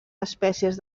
espècies